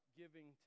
giving